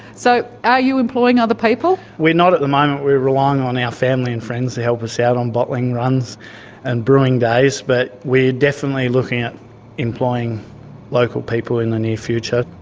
so are you employing other people? we're not at the moment, we are relying on our family and friends to help us out on bottling runs and brewing days. but we are definitely looking at employing local people in the near future.